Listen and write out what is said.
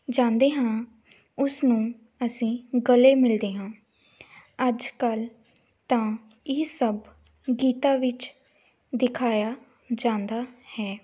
ਜਾਂਦੇ ਹਾਂ ਉਸ ਨੂੰ ਅਸੀਂ ਗਲੇ ਮਿਲਦੇ ਹਾਂ ਅੱਜ ਕੱਲ੍ਹ ਤਾਂ ਇਹ ਸਭ ਗੀਤਾਂ ਵਿੱਚ ਦਿਖਾਇਆ ਜਾਂਦਾ ਹੈ